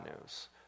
news